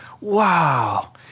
Wow